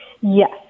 Yes